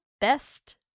best